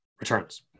returns